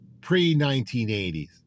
pre-1980s